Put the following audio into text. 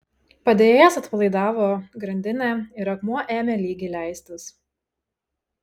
padėjėjas atpalaidavo grandinę ir akmuo ėmė lygiai leistis